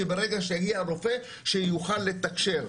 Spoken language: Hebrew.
שברגע שיגיע הרופא שיוכל לתקשר.